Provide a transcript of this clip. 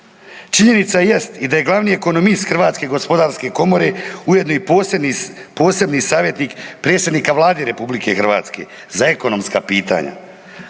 Činjenica jest i da je glavni ekonomist Hrvatske gospodarske komore ujedno i posebni savjetnik predsjednika Vlade Republike Hrvatske za ekonomska pitanja